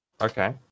Okay